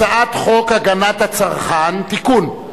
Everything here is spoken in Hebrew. הנושא הוא: הצעת חוק הגנת הצרכן (תיקון,